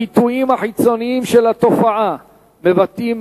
הביטויים החיצוניים של התופעה מבטאים